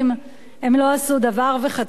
הם לא עשו דבר וחצי דבר,